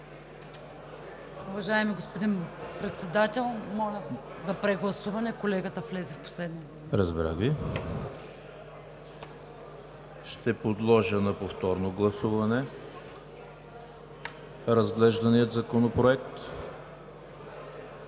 Разбрах Ви. Ще подложа на повторно гласуване разглеждания законопроект.